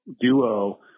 duo